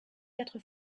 quatre